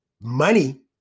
money